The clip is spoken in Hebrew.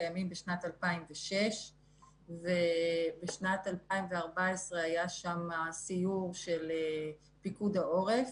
קיימים בשנת 2006. בשנת 2014 היה שם סיור של פיקוד העורף